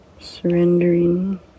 surrendering